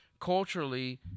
culturally